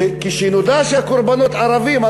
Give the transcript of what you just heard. שכשנודע שהקורבנות ערבים,